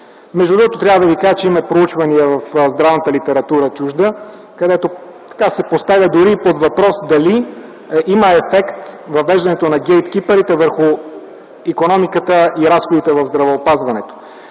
Между другото трябва да ви кажа, че има проучвания в чуждата здравна литература, където се поставя дори и под въпрос дали има ефект въвеждането на гейт-кипърите върху икономиката и разходите в здравеопазването.